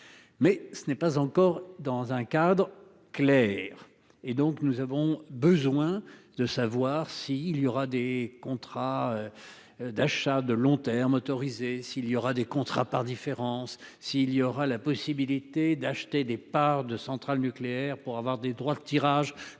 Mais ce n'est pas encore dans un cadre clair et donc nous avons besoin de savoir si il y aura des contrats. D'achat de long terme autorisé s'il y aura des contrats par différence si il y aura la possibilité d'acheter des parts de centrales nucléaires pour avoir des droits de tirage